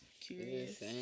curious